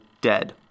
dead